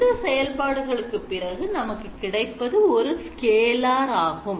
இந்த செயல்பாடுகளுக்கு பிறகு நமக்கு கிடைப்பது ஓர் scalar ஆகும்